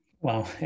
Wow